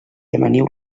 amaniu